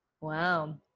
Wow